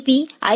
பீ ஐ